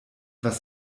was